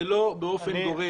זה לא באופן גורף.